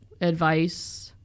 advice